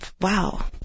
Wow